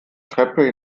treppe